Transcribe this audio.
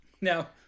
Now